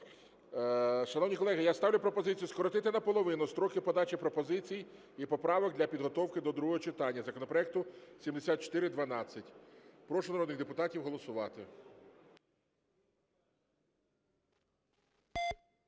Шановні колеги, я ставлю пропозицію скоротити наполовину строки подачі пропозицій і поправок для підготовки до другого читання законопроекту 7412. Прошу народних депутатів голосувати.